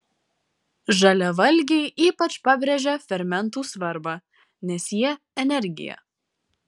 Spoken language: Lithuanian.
žaliavalgiai ypač pabrėžia fermentų svarbą nes jie energija